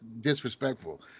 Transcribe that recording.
disrespectful